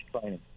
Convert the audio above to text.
training